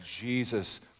Jesus